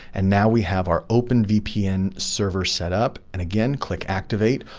and now we have our openvpn server set up and again, click activate,